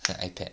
my ipad